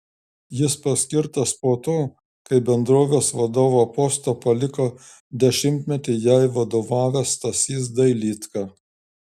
jis paskirtas po to kai bendrovės vadovo postą paliko dešimtmetį jai vadovavęs stasys dailydka